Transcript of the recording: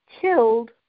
killed